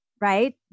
right